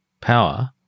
power